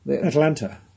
Atlanta